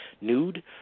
nude